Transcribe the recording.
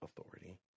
authority